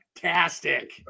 fantastic